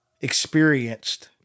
experienced